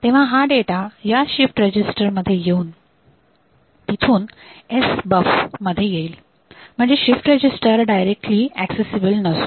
तेव्हा हा डेटा या शिफ्ट रेजिस्टर मध्ये येऊन तिथून SBUF मध्ये येईल म्हणजे शिफ्ट रजिस्टर डायरेक्टली एक्सेसीबल नसतो